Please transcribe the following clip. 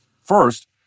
First